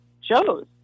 shows